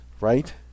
Right